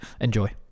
Enjoy